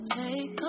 take